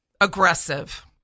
aggressive